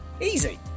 Easy